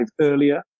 earlier